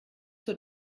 zur